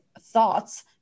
thoughts